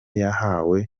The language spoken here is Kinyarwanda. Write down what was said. yahawe